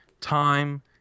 time